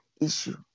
issue